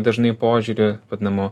dažnai požiūriu vadinamu